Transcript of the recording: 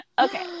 Okay